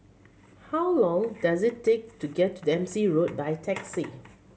how long does it take to get to Dempsey Road by taxi